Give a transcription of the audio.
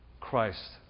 Christ